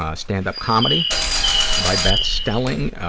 ah stand-up comedy by beth stelling, ah,